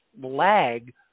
lag